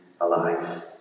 alive